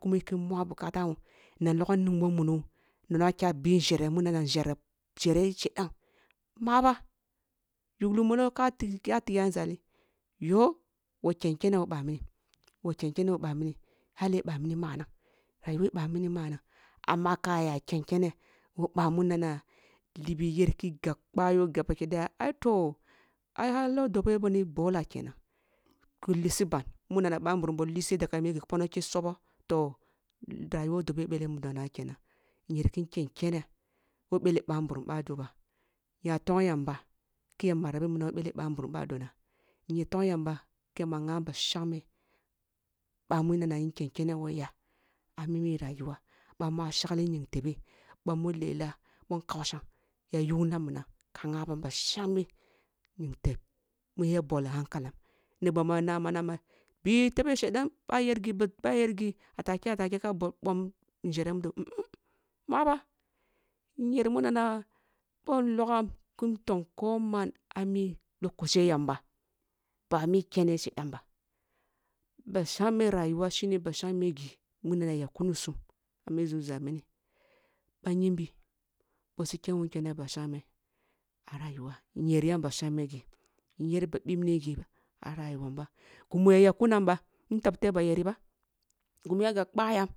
Kuma ki ngha bukata wun na nonaning woh muno no na kya bi njere muna na njere-njereh shedan maba yugli muno ka tighi ah nzali yoh wah ken kene woh ba mini-wal ken kene who ba meni shale ъa mini manang ъa mini manang ama ka aya ken kene woh ъa munana libi yer ke gab kea yoh gaba ki daya ai toh ai halo dobe wuni bola kenan ghi lisi ban munana bah nburum boh liseh daga mi ghi pono nake sobo toh rayuwa dobe bale mudo na kenan nyer ken ken kene woh bele ъa nburum ъahdo ba nya tong yamba ki yamba rabi minam woh bele ba nburum ъado na inya tong yamba ki yamba ngha ba shangme bamu nana nken kene woh yah ami rayuwa ъa mu ah shagli nying teb ba mu lela boh nkausham ya yuglina minam ka ngha bam ba shangme nyingteb mu ya bol hankaku k abo k ana ma na bi tebo shedan ba yer ghi ba ba yer ghi atake ka bom njere mudo maba nyer munana bon nlogham kin tong ko man ah mi lokoshe yamba ba ah mi kene shai dan ba ba shangme rayuwa shene ba shangme ghi mu na yakkuni sum ah mi nzumza mini ba nyimbi boh su ke sum kene bu shangme arayuwa nyer yam ba shangme she nyer ba bibne ghi ah rayuwam ba ghumu ya yak kunam ba ntab the ba yeri ba ghumu ya ga kpa yam